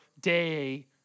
day